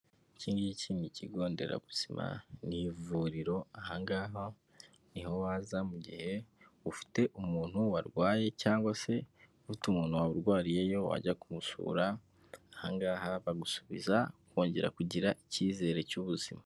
Iki ngiki ni ikigo nderabuzima ni ivuriro, aha ngaha ni ho waza mu gihe ufite umuntu warwaye cyangwa se ufite umuntu warwariyeyo wajya kumusura, aha ngaha bagusubiza kongera kugira icyizere cy'ubuzima.